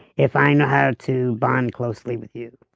if i know how to bond closely with you